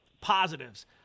positives